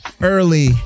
early